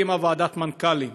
הקימה ועדת מנכ"לים,